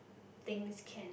things can